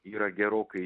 yra gerokai